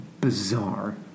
bizarre